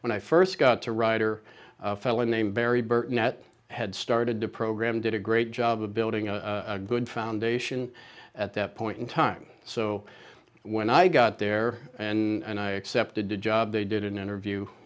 when i first got to write or fell in name barry burnett had started to program did a great job of building a good foundation at that point in time so when i got there and i accepted the job they did an interview